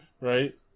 Right